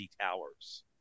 Towers